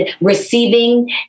receiving